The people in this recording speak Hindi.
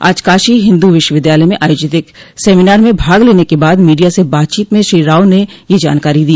आज काशी हिन्दू विश्वविद्यालय में आयोजित एक सेमिनार में भाग लेने के बाद मीडिया से बातचीत में श्री राव ने यह जानकारी दी